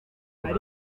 hari